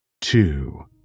two